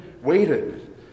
waited